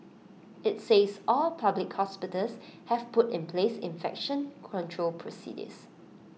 IT says all public hospitals have put in place infection control procedures